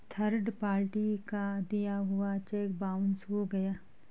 third party का दिया हुआ चेक बाउंस हो गया